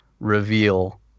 Reveal